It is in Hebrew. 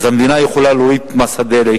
אז המדינה יכולה להוריד את מס הדלק